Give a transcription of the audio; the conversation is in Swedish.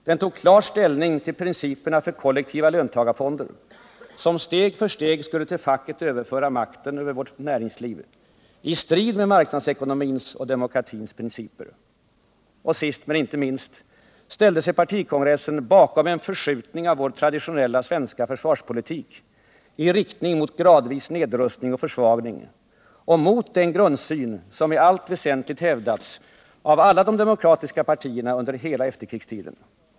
Den tog klar ställning till principerna för kollektiva löntagarfonder, som steg för steg skulle till facket överföra makten över vårt näringsliv i strid med marknadsekonomins och demokratins principer. Och sist men inte minst ställde sig partikongressen bakom en förskjutning av vår traditionella svenska försvarspolitik i riktning mot gradvis nedrustning och försvagning och mot den grundsyn som i allt väsentligt hävdats av alla de demokratiska partierna under hela efterkrigstiden.